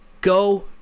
go